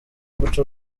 guca